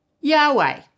Yahweh